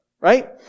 Right